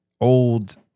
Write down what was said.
old